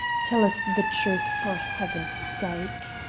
tell us the truth, for heaven's sake.